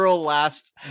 last